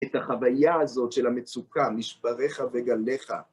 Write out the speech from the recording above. את החוויה הזאת של המצוקה, משבריך וגליך.